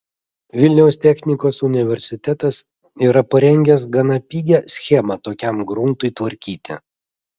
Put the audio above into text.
vilniaus technikos universitetas yra parengęs gana pigią schemą tokiam gruntui tvarkyti